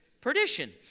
Perdition